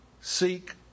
seek